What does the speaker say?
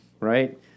right